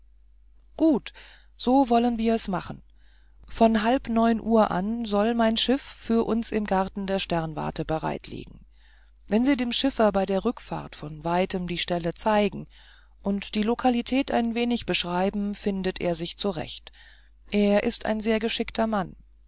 gut so wollen wir es machen von halb neun uhr an soll mein schiff für uns im garten der sternwarte bereitliegen wenn sie dem schiffer bei der rückfahrt von weitem die stelle zeigen und die lokalität ein wenig beschreiben findet er sich zurecht er ist ein sehr geschickter mann